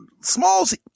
Smalls